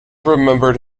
remembered